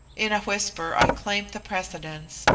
in a whisper i claimed the precedence,